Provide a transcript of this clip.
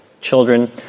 children